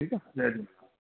ठीकु आहे जय झूलेलाल